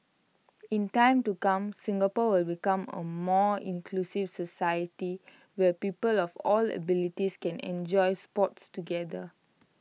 in time to come Singapore will become A more inclusive society where people of all abilities can enjoy sports together